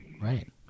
right